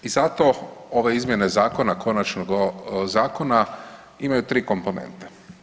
I zato ove zamjene konačnog zakona imaju tri komponente.